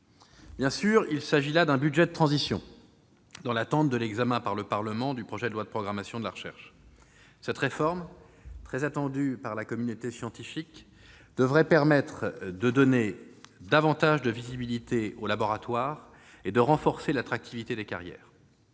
Bien sûr, il s'agit là d'un budget de transition, dans l'attente de l'examen par le Parlement du projet de loi de programmation de la recherche. Cette réforme, très attendue par la communauté scientifique, devrait permettre de donner davantage de visibilité aux laboratoires et de renforcer l'attractivité des carrières.